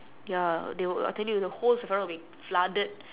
ya they will I tell you the whole sephora will be flooded